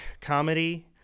comedy